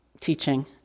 teaching